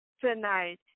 tonight